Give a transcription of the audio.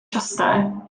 časté